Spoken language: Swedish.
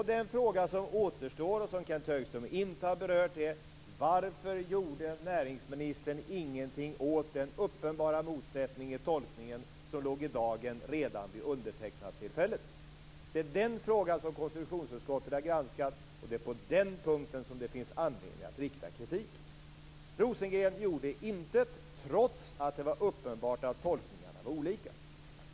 Den fråga som återstår, och som Kenth Högström inte har berört, är varför näringsministern inte gjorde någonting åt den uppenbara motsättningen i tolkningen som låg i dagen redan vid undertecknandet? Det är den frågan som konstitutionsutskottet har granskat, och det är på den punkten som det finns anledning att rikta kritik. Rosengren gjorde intet, trots att det var uppenbart att tolkningarna var olika.